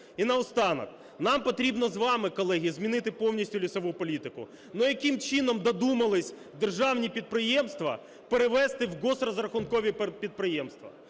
І наостанок, нам потрібно з вами, колеги, змінити повністю лісову політику. Ну, яким чином додумались державні підприємства перевести в госпрозрахункові підприємства?